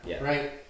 right